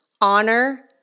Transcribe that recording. honor